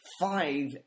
Five